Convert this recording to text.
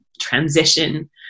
transition